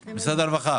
הרווחה.